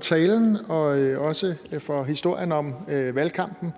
talen og også for historien om valgkampen.